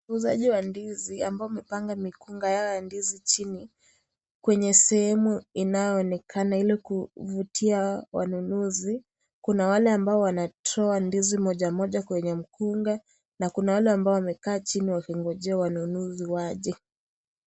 Muuzaji wa ndizi ambaye amepanga mikunga yao ya ndizi chini kwenye sehemu inayoonekana ili kuvutia wanunuzi kuna wale ambao wanatoa ndizi moja moja kwenye mkunga na kuna wale ambao wamekaa chini wakingojea wanunuzi waje.